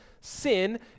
sin